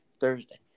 Thursday